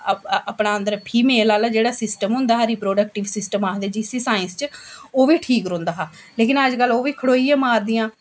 अपना अन्दर फीमेल आह्ला जेह्ड़ा सिस्टम होंदा हा रिप्रोडक्टिव सिस्टम आखदे जिसी साईंस च ओह् बी ठीक रौंह्दा हा लेकिन अज्जकल ओह् बी खड़ोइयै मारदियां